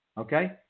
Okay